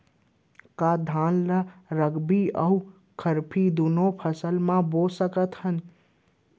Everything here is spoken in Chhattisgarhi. का धान ला रबि अऊ खरीफ दूनो मौसम मा बो सकत हन?